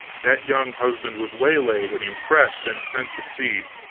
that young husband was waylaid and impressed, and sent to sea.